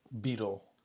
beetle